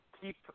keep